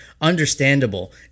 Understandable